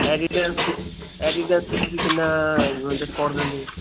Adidas Adidas ਤੁਸੀਂ ਕਿੰਨਾ discount ਦਿੰਦੇ ਹੈ